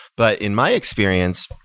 but in my experience,